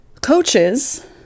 Coaches